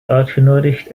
uitgenodigd